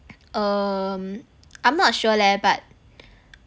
um I'm not sure leh but